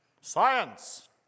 Science